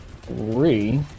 three